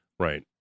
Right